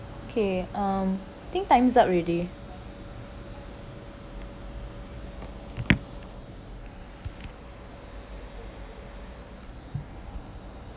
okay um think time's up already